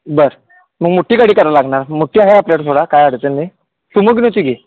बरं मग मोठी गाडी कराय लागणार मोठी आहे आपल्याकडं म्हणा काय अडचण नाही सुमो घेऊन येतो की